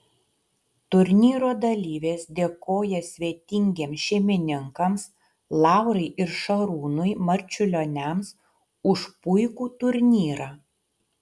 turnyrų dalyvės dėkojo svetingiems šeimininkams laurai ir šarūnui marčiulioniams už puikų turnyrą